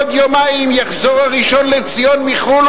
עוד יומיים יחזור הראשון לציון מחו"ל,